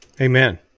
Amen